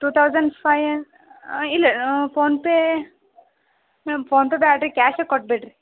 to thousand five ಇಲ್ಲ PhonePe madam PhonePe ಬ್ಯಾಡ್ರಿ ಕ್ಯಾಶೆ ಕೊಟ್ಟು ಬಿಡ್ರಿ